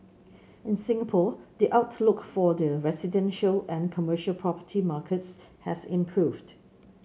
in Singapore the outlook for the residential and commercial property markets has improved